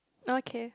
okay